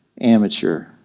amateur